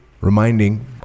reminding